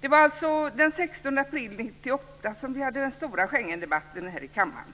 Det var den 16 april 1998 som vi hade den stora Schengendebatten här i kammaren.